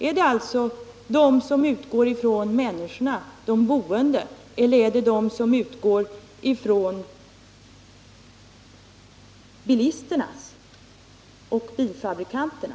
Är det sådana mål som främst tar hänsyn till människorna, de boende, eller sådana som främst tar hänsyn till bilisterna och bilfabrikanterna?